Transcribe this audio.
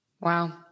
Wow